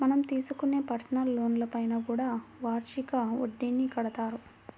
మనం తీసుకునే పర్సనల్ లోన్లపైన కూడా వార్షిక వడ్డీని కడతారు